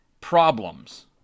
problems